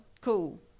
cool